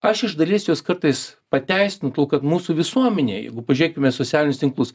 aš iš dalies juos kartais pateisinu tuo kad mūsų visuomenė jeigu pažiūrėkime į socialinius tinklus